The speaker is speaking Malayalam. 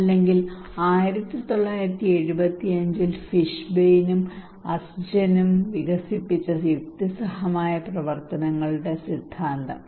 അല്ലെങ്കിൽ 1975 ൽ ഫിഷ്ബെയ്നും അസ്ജെനും വികസിപ്പിച്ച യുക്തിസഹമായ പ്രവർത്തനങ്ങളുടെ സിദ്ധാന്തം